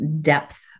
depth